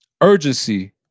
Urgency